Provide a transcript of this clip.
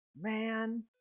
man